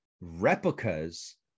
replicas